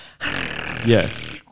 Yes